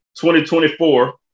2024